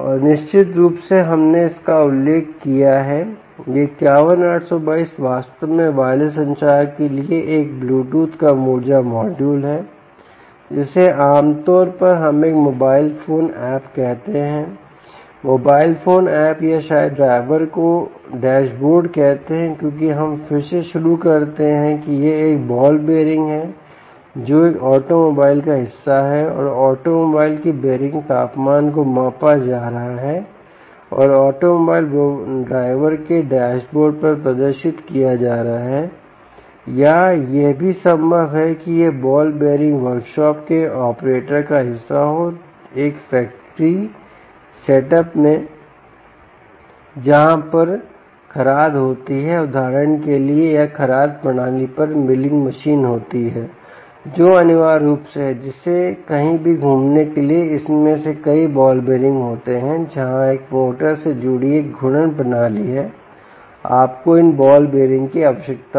और निश्चित रूप से हमने इसका उल्लेख किया है यह 51822 वास्तव में वायरलेस संचार के लिए एक ब्लूटूथ कम ऊर्जा मॉड्यूल है जिसे आमतौर पर हम एक मोबाइल फोन ऐप कहते हैं मोबाइल फोन ऐप या शायद ड्राइवर का डैशबोर्ड कहते हैं क्योंकि हम फिर से शुरू करते हैं कि यह एक बॉल बीयररिंग है जो एक ऑटोमोबाइल का हिस्सा है और ऑटोमोबाइल के बीयररिंग तापमान को मापा जा रहा है और ऑटोमोबाइल ड्राइवर के डैशबोर्ड पर प्रदर्शित किया जा रहा है या यह भी संभव है कि यह बॉल बीयररिंग वर्कशॉप के एक ऑपरेटर का हिस्सा हो एक फैक्ट्री सेटअप में जहाँ पर खराद होती हैं उदाहरण के लिए या खराद प्रणाली पर मिलिंग मशीन होती है जो अनिवार्य रूप से है जिसमें कहीं भी घूमने के लिए इनमें से कई बॉल बीयररिंग होते हैं जहां एक मोटर से जुड़ी एक घूर्णन प्रणाली है आपको इन बॉल बीयररिंग की आवश्यकता होगी